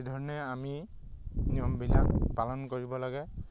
সেইধৰণে আমি নিয়মবিলাক পালন কৰিব লাগে